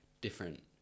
different